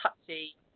touchy